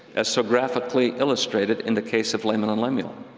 as so graphically illustrated in the case of laman and lemuel.